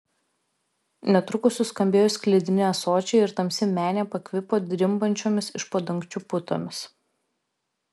netrukus suskambėjo sklidini ąsočiai ir tamsi menė pakvipo drimbančiomis iš po dangčiu putomis